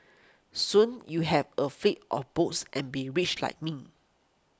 soon you have a fleet of boats and be rich like me